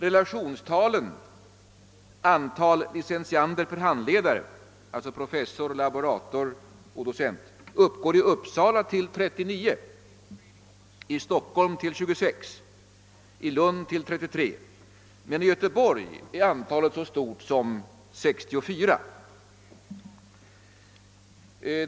Relationstalen antal licentiander per handledare, alltså professor, laborator och docent, uppgår i Uppsala till 39, i Stockholm till 26 och i Lund till 33. I Göteborg är antalet så stort som 64.